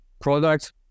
products